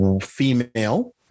female